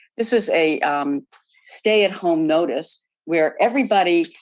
this is a stay at home notice where everybody,